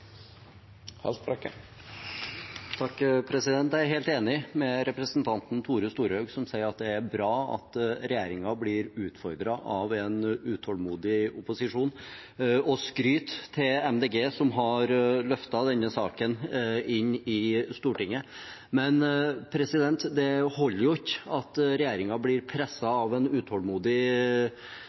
Jeg er helt enig med representanten Tore Storehaug, som sier at det er bra at regjeringen blir utfordret av en utålmodig opposisjon – og skryt til MDG som har løftet denne saken inn i Stortinget. Men det holder ikke at regjeringen blir presset av en utålmodig